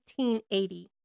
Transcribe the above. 1880